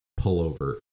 pullover